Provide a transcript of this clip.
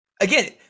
Again